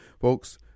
folks